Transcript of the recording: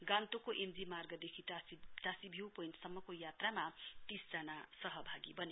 गान्तोकको M G मार्गदेखि Tashi view point सम्मको यात्रामा तीसजना सहभागी बने